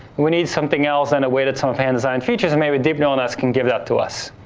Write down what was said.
we need something else and a way to tell if hand-designed features, maybe deep neural nets can give that to us.